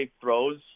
throws